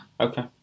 Okay